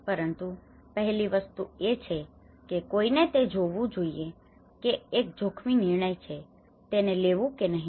પરંતુ પહેલી વસ્તુ એ છે કે કોઈને તે જોવું જોઈએ કેમ કે તે એક જોખમી નિર્ણય છે કે તેને લેવું કે નહિ